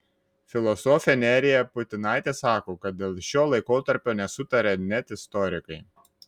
filosofė nerija putinaitė sako kad dėl šio laikotarpio nesutaria net istorikai